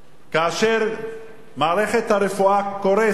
כאשר מערכת הרפואה קורסת.